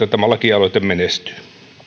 että tämä lakialoite menestyy